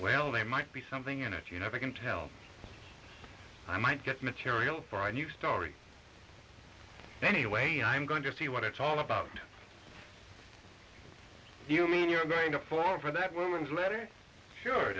well there might be something in it you never can tell i might get material for a new story anyway i'm going to see what it's all about you mean you're going to fall for that woman's letter sure